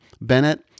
Bennett